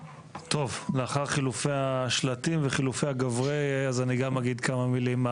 לאחר חילופי השלטים וחילוקי הגברי אז אני גם אגיד כמה מילים.